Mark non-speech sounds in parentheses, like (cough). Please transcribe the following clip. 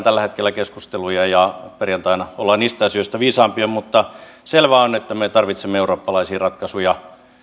(unintelligible) tällä hetkellä käydään keskusteluja ja perjantaina ollaan niissä asioissa viisaampia mutta selvää on että me tarvitsemme eurooppalaisia ratkaisuja